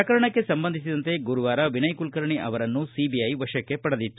ಪ್ರಕರಣಕ್ಕೆ ಸಂಬಂಧಿಸಿದಂತೆ ಗುರುವಾರ ವಿನಯ ಕುಲಕರ್ಣಿ ಅವರನ್ನು ವಶಕ್ಕೆ ಸಿಬಿಐ ವಶಕ್ಕೆ ಪಡೆದಿತ್ತು